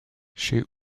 chez